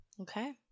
Okay